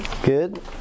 Good